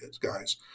guys